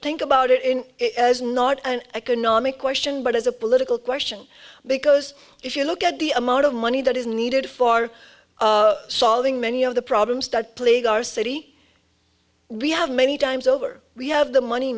think about it in as not an economic question but as a political question because if you look at the amount of money that is needed for solving many of the problems that plague our city we have many times over we have the money